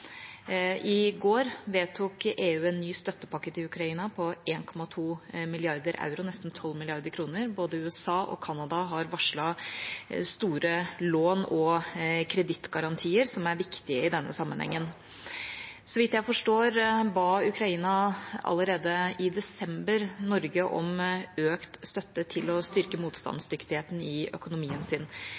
I går vedtok EU en ny støttepakke til Ukraina på 1,2 mrd. euro, nesten 12 mrd. kr. Både USA og Canada har varslet store lån og kredittgarantier, som er viktig i denne sammenhengen. Så vidt jeg forstår, ba Ukraina allerede i desember Norge om økt støtte til å styrke motstandsdyktigheten i økonomien sin.